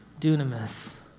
dunamis